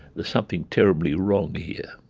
there's something terribly wrong here,